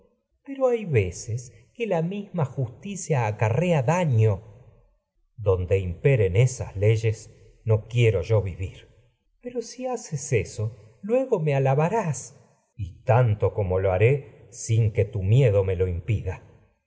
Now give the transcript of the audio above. pero hay veces que acarrea daño electra donde imperen esas leyes no quiero yo vivir crisótemis pero si haces eso lo luego me que alabarás tu miedo electra y tanto como haré sin me lo impida